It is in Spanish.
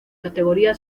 categoría